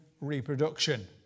reproduction